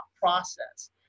process